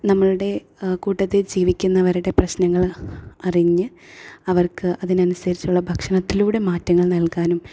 നമ്മളുടെ കൂട്ടത്തിൽ ജീവിക്കുന്നവരുടെ പ്രശനങ്ങൾ അറിഞ്ഞ് അവർക്ക് അതിനനുസരിച്ചുള്ള ഭക്ഷണത്തിലൂടെ മാറ്റങ്ങൾ നൽകാനും